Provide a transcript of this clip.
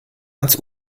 ans